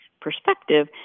perspective